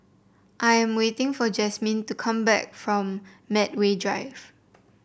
I am waiting for Jasmin to come back from Medway Drive